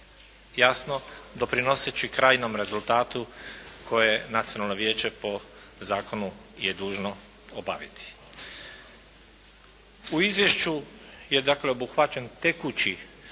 jasno doprinoseći krajnjem rezultatu koje Nacionalno vijeće po zakonu je dužno obaviti. U izvješću je dakle obuhvaćen tekući